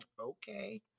okay